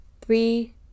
three